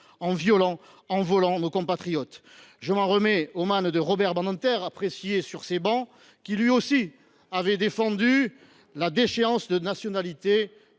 en violant, en volant nos compatriotes. Je m’en remets à l’analyse de Robert Badinter, apprécié sur ces travées, qui a, lui aussi, défendu la déchéance de nationalité